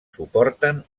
suporten